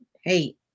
hey